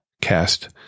cast